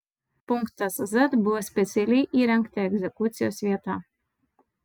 punktas z buvo specialiai įrengta egzekucijos vieta